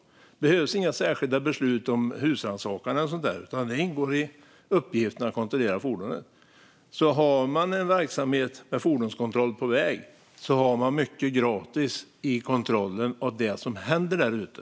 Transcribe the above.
Det behövs inga särskilda beslut om husrannsakan eller något sådant, utan detta ingår i uppgiften att kontrollera fordonet. Har man en verksamhet med fordonskontroll på väg har man mycket gratis i kontrollen av det som händer där ute.